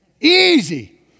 easy